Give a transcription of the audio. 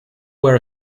wear